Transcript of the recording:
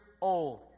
old